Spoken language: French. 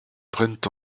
prennent